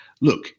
look